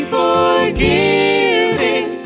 forgiving